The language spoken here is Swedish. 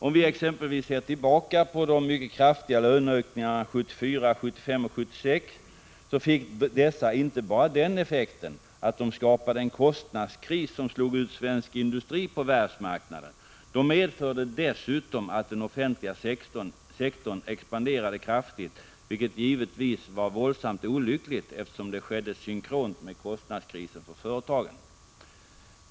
Om vi exempelvis ser tillbaka på de mycket kraftiga löneökningar som skedde 1974, 1975 och 1976, finner vi att dessa inte bara skapade en kostnadskris som innebar att svensk industri slogs ut på världsmarknaden, utan de medförde också att den offentliga sektorn expanderade kraftigt. Det var givetvis våldsamt olyckligt, eftersom det skedde synkront med den kostnadskris som drabbade företagen.